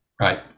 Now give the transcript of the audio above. Right